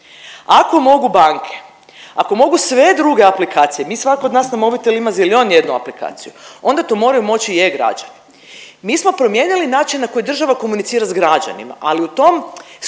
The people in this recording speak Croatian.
ako mogu banke, ako mogu sve druge aplikacije mi svako od nas na mobitel ima milion jednu aplikaciju onda to moraju moći i e-građani. Mi smo promijenili način na koji država komunicira s građanima, ali u tom